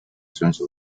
选手